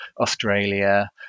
Australia